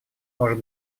может